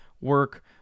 work